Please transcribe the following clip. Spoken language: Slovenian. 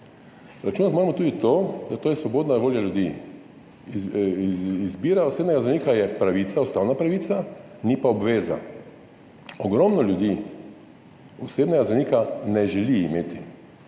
Računati moramo tudi to, da je to svobodna volja ljudi. Izbira osebnega zdravnika je ustavna pravica, ni pa obveza. Ogromno ljudi osebnega zdravnika ne želi imeti.